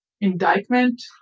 indictment